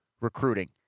recruiting